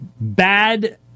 bad